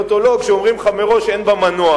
או לא כשאומרים לך מראש שאין בה מנוע,